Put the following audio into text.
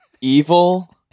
evil